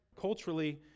culturally